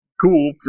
cool